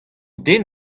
den